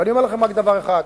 ואני אומר לכם רק דבר אחד: